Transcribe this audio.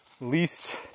least